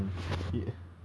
!huh! how old are you now